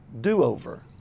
do-over